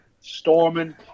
Storming